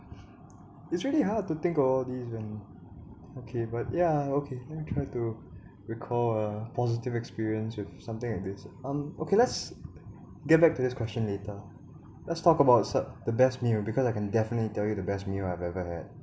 it's really hard to think all this when okay but ya okay let me try to recall a positive experience with something like this um okay let's get back to this question later let's talk about so~ the best meal because I can definitely tell you the best meal I've ever had